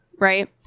Right